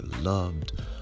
loved